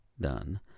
done